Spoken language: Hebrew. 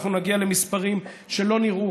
אנחנו נגיע למספרים שלא נראו,